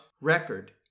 record